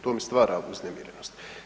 To mi stvara uznemirenost.